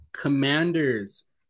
Commanders